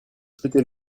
jetez